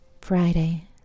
Friday